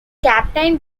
captain